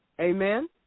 Amen